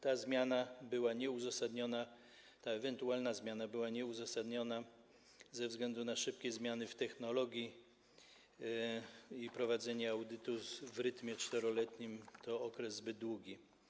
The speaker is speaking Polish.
Ta zmiana była nieuzasadniona, ta ewentualna zmiana była nieuzasadniona ze względu na szybkie zmiany w technologii i prowadzenie audytu w rytmie 4-letnim - to okres zbyt długi.